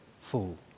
full